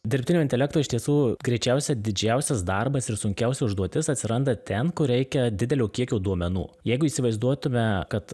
dirbtinio intelekto iš tiesų greičiausia didžiausias darbas ir sunkiausia užduotis atsiranda ten kur reikia didelio kiekio duomenų jeigu įsivaizduotume kad